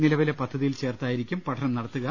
നിലവിലെ പദ്ധതിയിൽ ചേർത്താ യിരിക്കും പ്ഠനം നടത്തുക